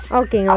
okay